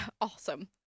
Awesome